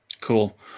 cool